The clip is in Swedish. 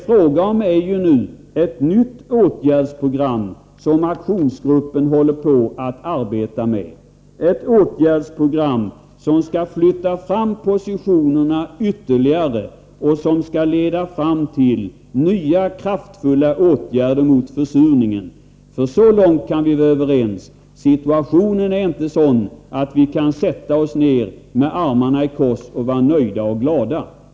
Frågan gäller ju nu ett nytt åtgärdsprogram som aktionsgruppen håller på att arbeta med, och det skall flytta fram positionerna ytterligare och leda till nya, kraftfulla åtgärder mot försurningen. Så långt kan vi nämligen vara överens: situationen är inte sådan att vi kan sätta oss ner med armarna i kors och vara nöjda och glada.